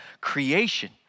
creation